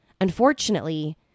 Unfortunately